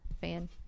fan